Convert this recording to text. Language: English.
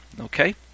Okay